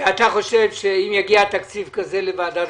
ואתה חושב שאם יגיע תקציב כזה לוועדת